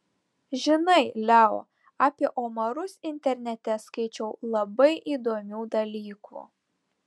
žinai leo apie omarus internete skaičiau labai įdomių dalykų